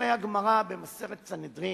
בדברי הגמרא במסכת סנהדרין,